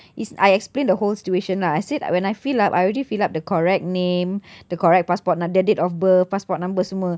is I explained the whole situation lah I said I when I fill up I already fill up the correct name the correct passport nu~ the date of birth passport number semua